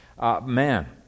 man